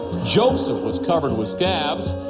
joseph was covered with scabs.